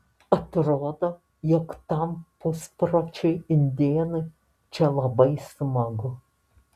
atrodo jog tam puspročiui indėnui čia labai smagu